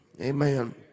amen